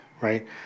right